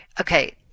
okay